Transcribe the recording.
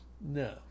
No